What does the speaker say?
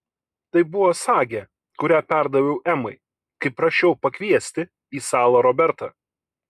tai buvo sagė kurią perdaviau emai kai prašiau pakviesti į salą robertą